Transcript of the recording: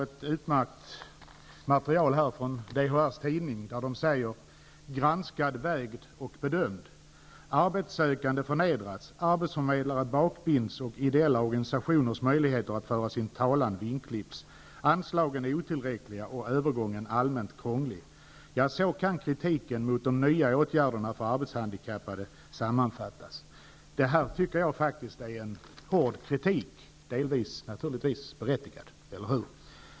I DHR:s tidning sägs bl.a. så här: ''Granskad, vägd, bedömd. -- Arbetssökande förnedras, arbetsförmedlare bakbinds och ideella organisationers möjligheter att föra sin talan vingklipps. Anslagen är otillräckliga och övergången allmänt krånglig. Ja, så kan kritiken mot de nya ''åtgärderna för arbetshandikappade' sammanfattas.'' Detta är en hård kritik, delvis berättigad -- eller hur?